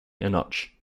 enoch